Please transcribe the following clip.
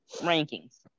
rankings